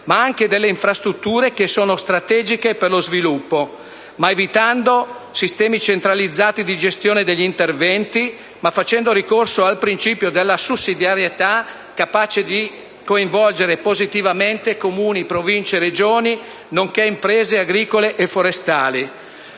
ma anche delle infrastrutture che sono strategiche per lo sviluppo, evitando però sistemi centralizzati di gestione degli interventi e facendo ricorso al principio di sussidiarietà, capace di coinvolgere positivamente Comuni, Province e Regioni, nonché imprese agricole e forestali.